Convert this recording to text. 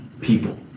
people